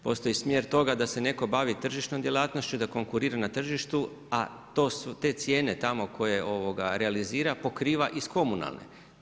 Postoji smjer toga da se netko bavi tržišnom djelatnošću, da konkurira na tržištu, a to su, te cijene tamo koje realizira pokriva iz komunalne.